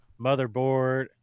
motherboard